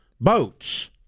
boats